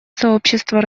сообщество